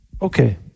Okay